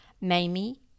Mamie